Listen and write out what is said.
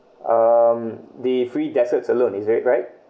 um the free dessert alone is it right